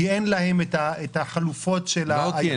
כי אין להם את החלופות של הדיאט.